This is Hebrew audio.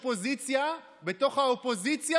עוויתי, פשעתי,